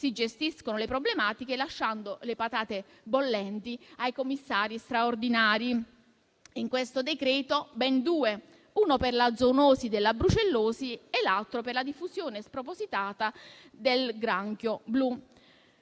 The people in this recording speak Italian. si gestiscono le problematiche lasciando le patate bollenti ai commissari straordinari, che in questo decreto-legge sono ben due: uno per la zoonosi della brucellosi e l'altro per la diffusione spropositata del granchio blu.